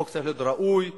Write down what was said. חוק צריך להיות ראוי וטוב,